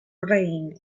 brain